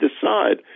decide